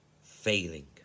failing